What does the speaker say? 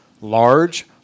large